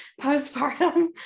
postpartum